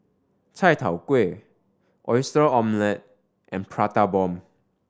chai tow kway Oyster Omelette and Prata Bomb